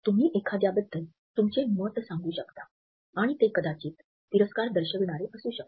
तुम्ही एखाद्याबद्दल तुमचे मत सांगू शकता आणि ते कदाचित तिरस्कार दर्शविणारे असू शकते